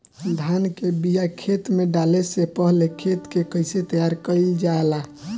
धान के बिया खेत में डाले से पहले खेत के कइसे तैयार कइल जाला?